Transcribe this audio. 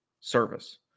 service